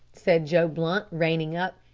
said joe blunt, reining up,